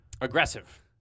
Aggressive